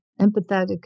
empathetic